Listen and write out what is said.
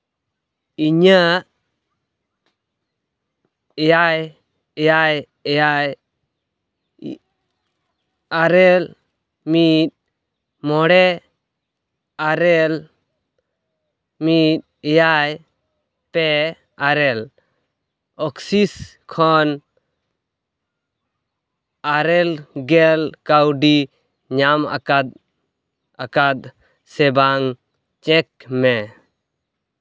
ᱤᱧᱟᱹᱜ ᱮᱭᱟᱭ ᱮᱭᱟᱭ ᱟᱨᱮᱞ ᱢᱤᱫ ᱢᱚᱬᱮ ᱟᱨᱮᱞ ᱢᱤᱫ ᱮᱭᱟᱭ ᱮᱭᱟᱭ ᱯᱮ ᱟᱨᱮᱞ ᱚᱠᱥᱤᱥ ᱠᱷᱚᱱ ᱟᱨᱮᱞ ᱜᱮᱞ ᱠᱟᱹᱣᱰᱤ ᱧᱟᱢ ᱟᱠᱟᱫ ᱟᱠᱟᱫ ᱥᱮ ᱵᱟᱝ ᱪᱮᱠ ᱢᱮ